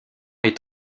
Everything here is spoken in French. est